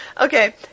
Okay